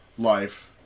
life